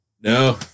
No